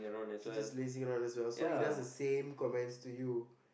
he's just lazing around as well so he does the same comments to you